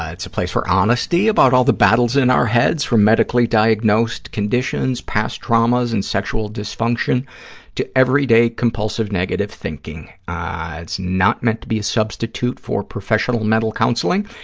ah it's a place for honesty about all the battles in our heads, from medically diagnosed conditions, past traumas and sexual dysfunction to everyday compulsive negative thinking. ah it's not meant to be a substitute for professional mental counseling.